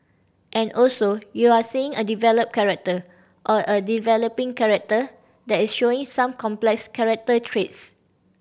and also you're seeing a developed character or a developing character that is showing some complex character traits